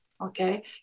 okay